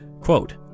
Quote